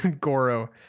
Goro